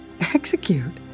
Execute